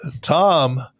Tom